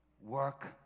work